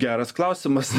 geras klausimas